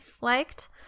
liked